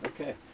Okay